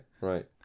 right